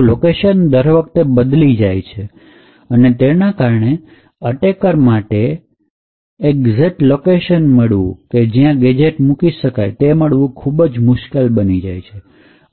તો લોકેશન દરેક વખતે બદલી જાય છે તેના કારણે અટેકર માટે એક્ઝેટ લોકેશન મેળવો કે જ્યાં ગેજેટ મૂકી શકાય એ ખૂબ જ મુશ્કેલ બની જાય છે